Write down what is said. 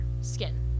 Skin